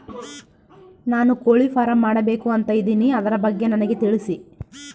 ನಾನು ಕೋಳಿ ಫಾರಂ ಮಾಡಬೇಕು ಅಂತ ಇದಿನಿ ಅದರ ಬಗ್ಗೆ ನನಗೆ ತಿಳಿಸಿ?